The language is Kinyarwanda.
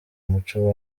umuco